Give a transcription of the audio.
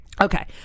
Okay